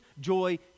joy